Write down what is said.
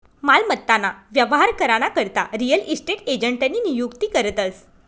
मालमत्ता ना व्यवहार करा ना करता रियल इस्टेट एजंटनी नियुक्ती करतस